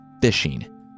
fishing